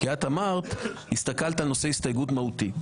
את הסתכלת על נושא הסתייגות מהותית.